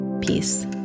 Peace